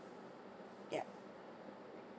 yeah